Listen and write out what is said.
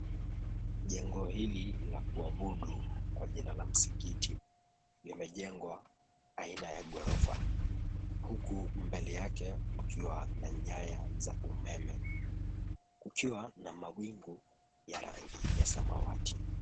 Jengo hili la kuabudu kwa jina la msikiti limejengwa aina ya ghorofa huku mbele yake mkiwa na nyaya za umeme kukiwa na mawingu ya rangi ya samawati.